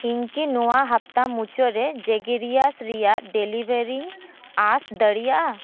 ᱤᱧ ᱠᱤ ᱱᱚᱣᱟ ᱦᱟᱯᱛᱟ ᱢᱩᱪᱟᱹᱜ ᱨᱮ ᱡᱮᱜᱮᱨᱤᱭᱟᱥ ᱨᱮᱭᱟᱜ ᱰᱮᱞᱤᱵᱷᱟᱨᱤ ᱤᱧ ᱟᱥ ᱫᱟᱲᱮᱭᱟᱜᱼᱟ